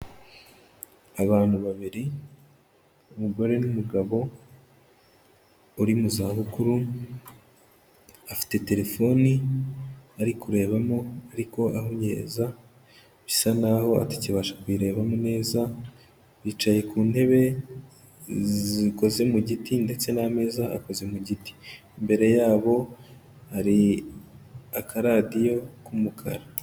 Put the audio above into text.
Abantu babiri umugore n'umugabo uri mu zabukuru, afite telefoni ari kurebamo ariko ahunyeza bisa naho atakibasha kuyirebamo neza, bicaye ku ntebe zikoze mu giti ndetse n'ameza akoze mu giti, imbere yabo hari akaradiyo k'umukara.